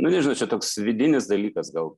nu nežinau čia toks vidinis dalykas gal